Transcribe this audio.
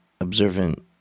observant